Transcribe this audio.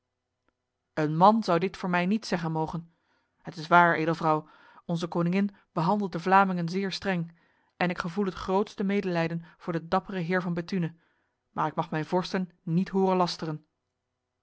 een man zou dit voor mij niet zeggen mogen het is waar edelvrouw onze koningin behandelt de vlamingen zeer streng en ik gevoel het grootste medelijden voor de dappere heer van bethune maar ik mag mijn vorsten niet horen